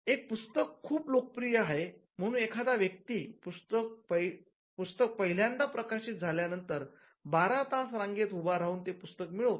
एक पुस्तक खूप लोकप्रिय आहे म्हणून एखादा व्यक्ती पुस्तक पहिल्यांदा प्रकाशित झाल्यानंतर बारा तास रांगेत उभा राहून ते पुस्तक मिळवतो